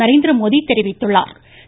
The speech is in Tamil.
நரேந்திரமோடி தெரிவித்துள்ளா்